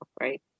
right